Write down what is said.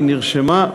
היא נרשמה,